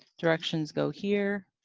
directions go here.